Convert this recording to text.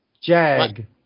Jag